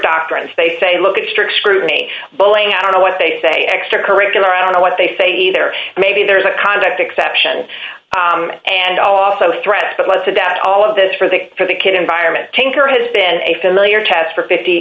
doctrines they say look at strict scrutiny bowling i don't know what they say extracurricular i don't know what they say either maybe there's a conduct exception and also threats but let's adapt all of this for the for the kid environment tinker has been a familiar test for fi